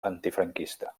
antifranquista